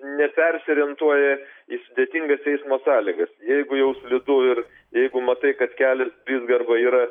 nepersiorientuoja į sudėtingas eismo sąlygas jeigu jau slidu ir jeigu matai kad kelias blizga arba yra